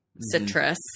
citrus